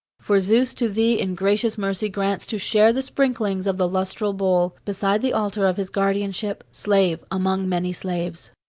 for zeus to thee in gracious mercy grants to share the sprinklings of the lustral bowl, beside the altar of his guardianship, slave among many slaves.